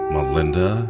Melinda